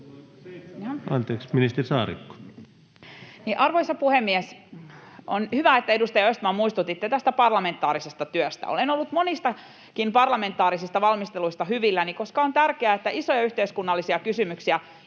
Anteeksi, ministeri Saarikko. Arvoisa puhemies! On hyvä, edustaja Östman, että muistutitte tästä parlamentaarisesta työstä. Olen ollut hyvilläni monistakin parlamentaarisista valmisteluista, koska on tärkeää, että isoja yhteiskunnallisia kysymyksiä,